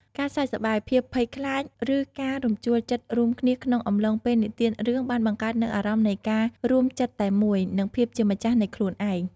ការសើចសប្បាយ ភាពភ័យខ្លាច ឬការរំជួលចិត្តរួមគ្នាក្នុងអំឡុងពេលនិទានរឿងបានបង្កើតនូវអារម្មណ៍នៃការរួមចិត្តតែមួយ និងភាពជាម្ចាស់នៃខ្លួនឯង។